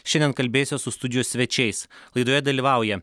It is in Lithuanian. šiandien kalbėsiuosiu su studijos svečiais laidoje dalyvauja